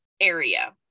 area